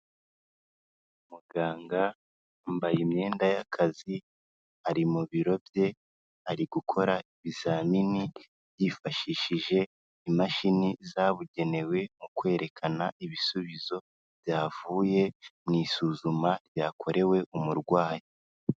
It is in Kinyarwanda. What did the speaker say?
Muganga yambaye imyenda y'akazi ari mu biro bye ari gukora ibizamini yifashishije imashini zabugenewe mu kwerekana ibisubizo byavuye mu isuzuma ryakorewe umurwayi.